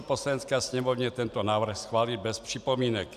Poslanecké sněmovně tento návrh schválit bez připomínek.